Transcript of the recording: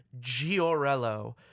giorello